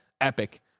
epic